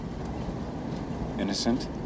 innocent